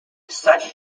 such